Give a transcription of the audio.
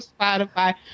Spotify